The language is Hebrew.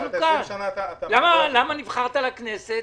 למה נבחרת לכנסת?